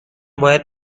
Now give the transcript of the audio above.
باید